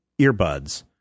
earbuds